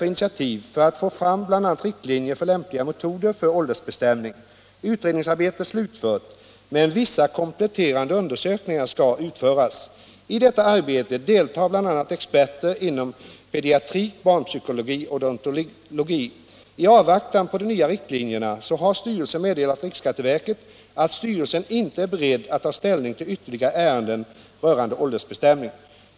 I avvaktan på de nya riktlinjerna har styrelsen meddelat riksskatteverket att styrelsen inte är beredd att ta ställning till ytterligare ärenden rörande åldersbestämning.